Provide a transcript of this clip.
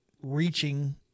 reaching